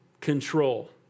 control